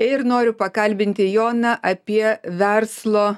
ir noriu pakalbinti joną apie verslo